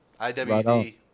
IWD